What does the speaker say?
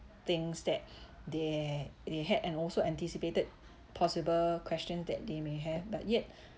things that they they had and also anticipated possible questions that they may have but yet